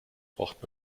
braucht